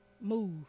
move